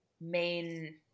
main